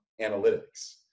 analytics